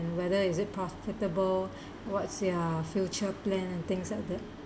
and whether is it profitable what's their future plan and things like that